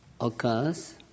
occurs